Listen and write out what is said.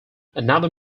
another